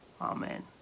amen